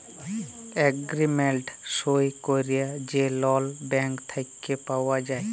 agreement সই ক্যইরে যে লল ব্যাংক থ্যাইকে পাউয়া যায়